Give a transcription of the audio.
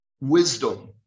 wisdom